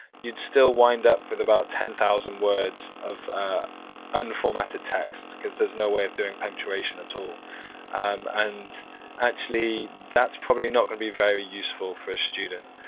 you'd still wind up with about ten thousand words of unformatted text cause there's no way of doing punctuation at all and actually, that's probably not gonna be very useful for a student,